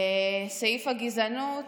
סעיף הגזענות